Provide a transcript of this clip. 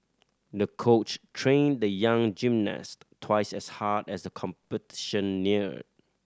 the coach trained the young gymnast twice as hard as the competition neared